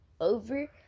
over